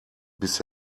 bis